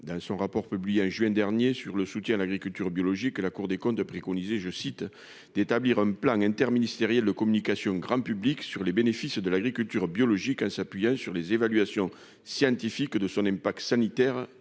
dans son rapport publié en juin dernier sur le soutien à l'agriculture biologique, la Cour des comptes de préconiser, je cite, d'établir un plan interministériel de communication grand public sur les bénéfices de l'agriculture biologique en s'appuyant sur les évaluations scientifiques de son n'aime pas que sanitaire